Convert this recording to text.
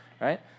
right